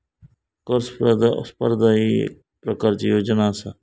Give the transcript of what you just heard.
कर स्पर्धा ही येक प्रकारची योजना आसा